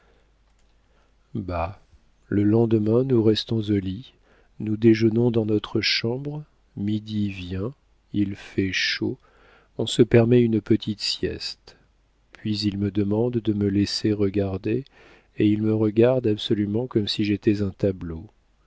le lendemain nous restons au lit nous déjeunons dans notre chambre midi vient il fait chaud on se permet une petite sieste puis il me demande de me laisser regarder et il me regarde absolument comme si j'étais un tableau